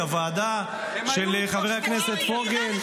את הוועדה של חבר הכנסת פוגל,